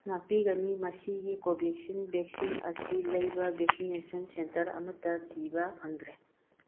ꯉꯥꯛꯄꯤꯒꯅꯤ ꯃꯁꯤꯒꯤ Covaxin vaccine ꯑꯁꯤ ꯂꯩꯕ ꯕꯦꯛꯁꯤꯅꯦꯁꯟ ꯁꯦꯟꯇꯔ ꯑꯃꯇ ꯊꯤꯕ ꯐꯪꯗ꯭ꯔꯦ